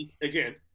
again